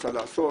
רוצה לעשות,